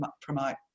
promote